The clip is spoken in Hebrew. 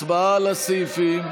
הצבעה על הסעיפים.